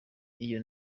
iyo